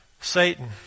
Satan